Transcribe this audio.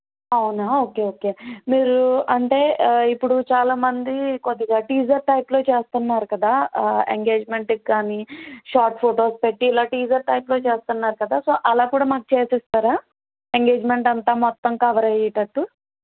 అవునా okay okay మీరు అంటే ఇప్పుడు చాలా మంది కొద్దిగా టీజర్ ప్యాక్లో చేస్తున్నారు కదా ఎంగేజ్మెంట్కి కానీ షార్ట్ ఫొటోస్ పెట్టి ఇలా టీజర్ టైప్లో చేస్తున్నారు కదా సో అలా కూడా మాకు చేసి ఇస్తారా ఎంగేజ్మెంట్ అంతా మొత్తం కవర్ అయ్యేటట్టు